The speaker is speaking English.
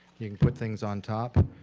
you can put things on top,